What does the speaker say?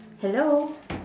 hello